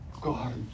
God